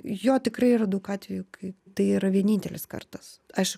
jo tikrai yra daug atvejų kai tai yra vienintelis kartas aš